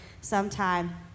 sometime